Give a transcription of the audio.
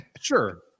Sure